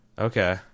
Okay